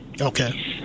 Okay